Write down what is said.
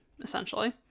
essentially